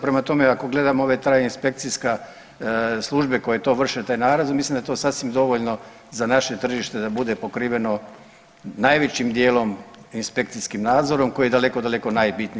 Prema tome ako gledamo ove traje inspekcijska službe koje to vrše, te nalaze mislim da je to sasvim dovoljno za naše tržite da bude pokriveno najvećim dijelom inspekcijskom nadzorom koji je daleko, daleko najbitniji.